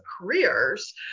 careers